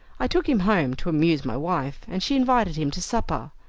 i took him home, to amuse my wife, and she invited him to supper.